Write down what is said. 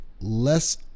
less